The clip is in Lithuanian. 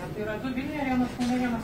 tai yra du vilniuj vienas kaune vienas